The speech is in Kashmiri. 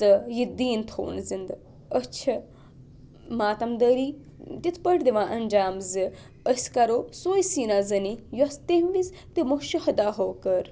تہٕ یہِ دیٖن تھوٚوُن زِنٛدٕ أسۍ چھِ ماتَم دٲری تِتھ پٲٹھۍ دِوان اَنجام زِ أسۍ کَرو سُے سیٖنا زٔنی یۄس تمہِ وِز تِمو شُہداہو کٔر